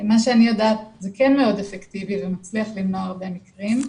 ממה שאני יודעת זה כן מאוד אפקטיבי ומצליח למנוע הרבה מקרים.